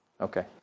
Okay